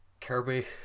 Kirby